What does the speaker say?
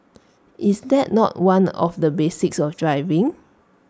is that not one of the basics of driving